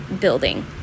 building